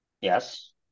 Yes